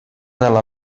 della